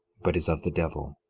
but is of the devil,